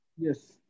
Yes